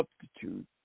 substitute